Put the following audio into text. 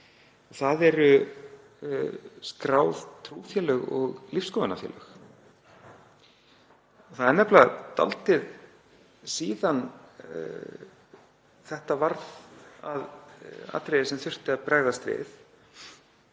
Það eru skráð trúfélög og lífsskoðunarfélög. Það er nefnilega dálítið síðan að þetta varð að atriði sem þurfti að bregðast við.